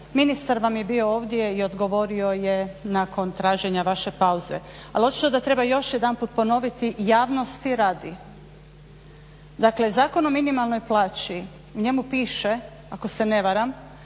ministar vam je bio ovdje i odgovorio je nakon traženja vaše pauze. Ali očito da treba još jedanput ponoviti javnosti radi dakle Zakon o minimalnoj plaći, u njemu piše ako se ne varam